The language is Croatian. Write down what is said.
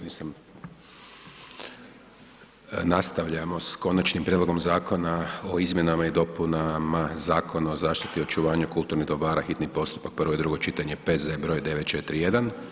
Nastavljamo s Konačnim prijedlog zakona o izmjenama i dopunama Zakona o zaštiti i očuvanju kulturnih dobara, hitni postupak, prvo i drugo čitanje, P.Z.E. br. 941.